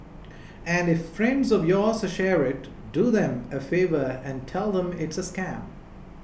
and if friends of yours share it do them a favour and tell them it's a scam